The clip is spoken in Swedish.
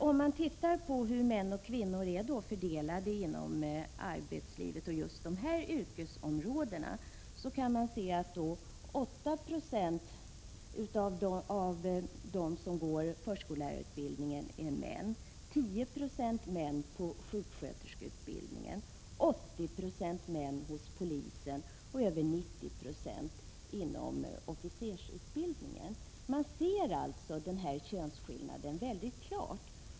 Om man ser på hur män och kvinnor är fördelade på arbetsmarknaden inom just de här yrkesområdena kan man nämligen konstatera att andelen män är 8 90 inom förskollärarutbildningen, 10 96 inom sjuksköterskeutbildningen, 80 26 inom polisutbildningen och över 90 96 inom officersutbildningen. Man kan alltså se könsskillnaden väldigt klart.